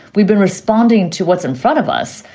we've been responding to what's in front of us,